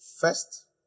First